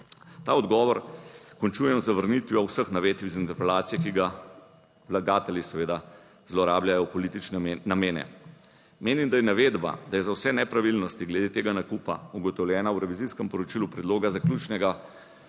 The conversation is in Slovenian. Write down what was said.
Ta odgovor končujem z zavrnitvijo vseh navedb iz interpelacije, ki ga vlagatelji seveda zlorabljajo v politične namene. Menim, da je navedba, da je za vse nepravilnosti glede tega nakupa ugotovljena v revizijskem poročilu predloga zaključnega